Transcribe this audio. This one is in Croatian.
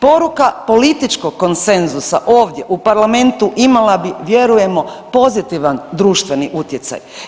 Poruka političkog konsenzusa ovdje u parlamentu imala bi vjerujemo pozitivan društveni utjecaj.